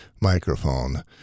microphone